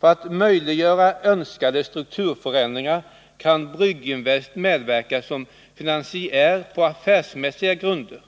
För att möjliggöra önskade strukturförändringar kan Brygginvest medverka som finansiär på affärsmässiga grunder.